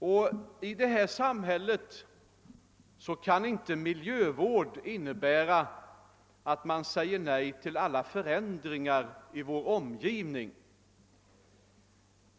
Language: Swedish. Kravet på miljövård kan inte få innebära att man måste säga nej till alla förändringar i vår omgivning.